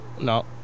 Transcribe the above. no